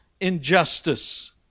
Injustice